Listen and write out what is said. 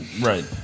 Right